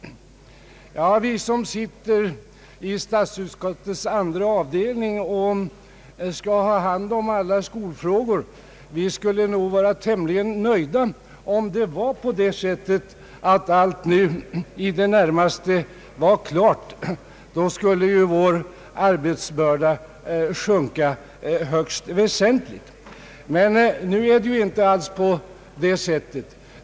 Vi som sitter i statsutskottets andra avdelning och skall ha hand om alla skolfrågor skulle nog vara tämligen nöjda om allt nu i det närmaste varit klart. Då skulle ju vår arbetsbörda sjunka högst väsentligt. Men nu är det inte alls på det sättet.